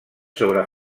sobre